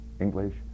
English